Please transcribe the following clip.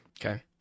okay